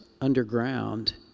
underground